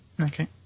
Okay